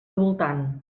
voltant